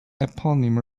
eponym